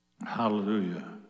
Hallelujah